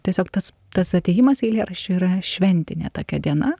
tiesiog tas tas atėjimas eilėraščio yra šventinė tokia diena